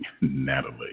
Natalie